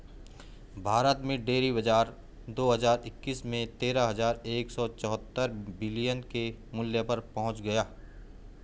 भारत में डेयरी बाजार दो हज़ार इक्कीस में तेरह हज़ार एक सौ चौहत्तर बिलियन के मूल्य पर पहुंच गया